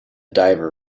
diver